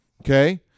Okay